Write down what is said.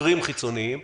חוקרים חיצוניים,